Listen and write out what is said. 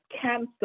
cancer